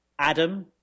adam